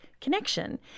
connection